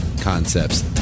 concepts